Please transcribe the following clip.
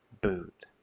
boot